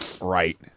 Right